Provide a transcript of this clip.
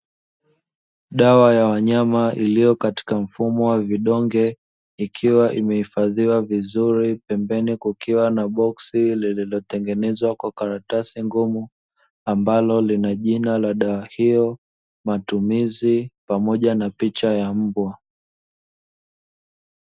Dawa ya wanyama iliyo katika mfumo wa vidonge, ikiwa imehifadhiwa vizuri, pembeni kukiwa na boksi lililotengenezwa kwa karatasi ngumu; ambalo lina jina la dawa hiyo, matumizi pamoja na picha ya mbwa.